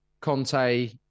Conte